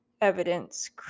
evidence